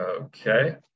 okay